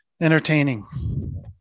entertaining